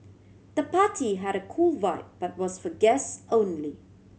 the party had a cool vibe but was for guest only